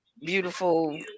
beautiful